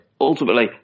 Ultimately